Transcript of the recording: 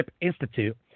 Institute